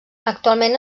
actualment